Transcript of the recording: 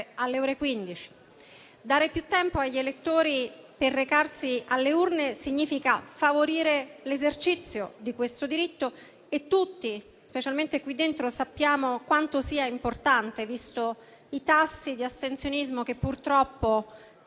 alle ore 15. Dare più tempo agli elettori per recarsi alle urne significa favorire l'esercizio di questo diritto e tutti, specialmente qui dentro, sappiamo quanto sia importante, visti i tassi di astensionismo che purtroppo